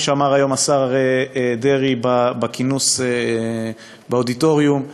שאמר השר דרעי בכינוס באודיטוריום,